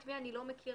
את מי אני לא מכירה,